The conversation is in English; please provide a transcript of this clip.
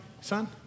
son